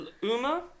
Uma